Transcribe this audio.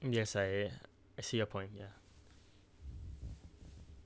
yes I ya I see your point ya